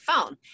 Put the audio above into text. phone